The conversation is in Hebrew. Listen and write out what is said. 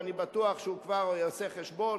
ואני בטוח שהוא כבר יעשה חשבון,